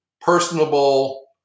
personable